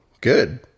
good